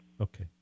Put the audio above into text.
Okay